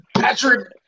Patrick